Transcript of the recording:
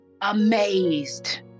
amazed